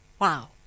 Wow